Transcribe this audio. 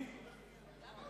מזה?